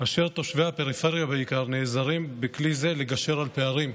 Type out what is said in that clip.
ותושבי הפריפריה בעיקר נעזרים בכלי זה לגשר על פערים.